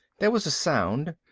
there was a sound.